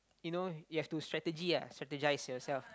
you know you have to strategy ah strategise yourself